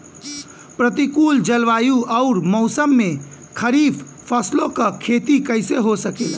प्रतिकूल जलवायु अउर मौसम में खरीफ फसलों क खेती कइसे हो सकेला?